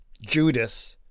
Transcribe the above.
Judas